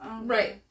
Right